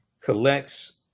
collects